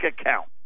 account